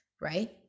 right